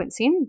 sequencing